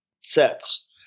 sets